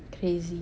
crazy